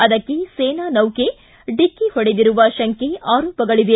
ಅದಕ್ಕೆ ಸೇನಾ ನೌಕೆ ಡಿಕ್ಕ ಹೊಡೆದಿರುವ ಶಂಕೆ ಆರೋಪಗಳವೆ